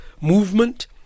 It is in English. movement